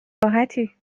راحتی